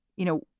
you know.